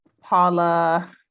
Paula